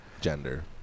gender